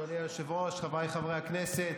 אדוני היושב-ראש, חבריי חברי הכנסת,